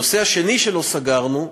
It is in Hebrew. הנושא השני שלא סגרנו,